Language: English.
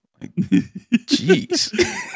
jeez